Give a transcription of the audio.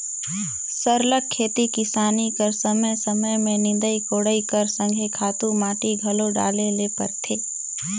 सरलग खेती किसानी कर समे समे में निंदई कोड़ई कर संघे खातू माटी घलो डाले ले परथे